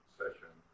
session